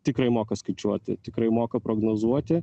tikrai moka skaičiuoti tikrai moka prognozuoti